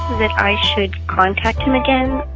that i should contact him again.